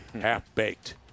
Half-Baked